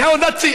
ניאו-נאצי,